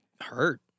hurt